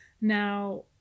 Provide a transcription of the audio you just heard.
now